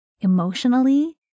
emotionally